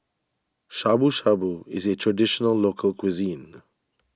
Shabu Shabu is a Traditional Local Cuisine